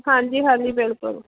ਹਾਂਜੀ ਹਾਂਜੀ ਬਿਲਕੁਲ